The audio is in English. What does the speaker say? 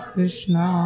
Krishna